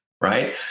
right